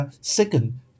Second